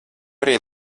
arī